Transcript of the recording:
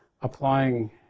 applying